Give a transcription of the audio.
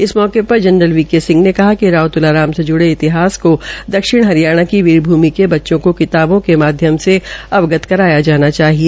इस मौके General V K Singh ने कहा कि राव त्लाराम से ज्ड़े इतिहास को दक्षिण हरियाणा की वीर भूमि के बच्चों को किताबों के माध्यम से अवगत कराया जाना चाहिए